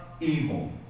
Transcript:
evil